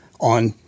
on